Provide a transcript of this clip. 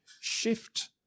shift